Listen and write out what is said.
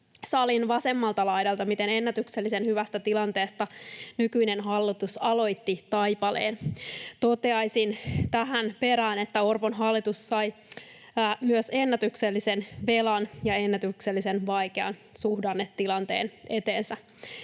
salin vasemmalta laidalta, miten ennätyksellisen hyvästä tilanteesta nykyinen hallitus aloitti taipaleen. Toteaisin tähän perään, että Orpon hallitus sai myös ennätyksellisen velan ja ennätyksellisen vaikean suhdannetilanteen eteensä.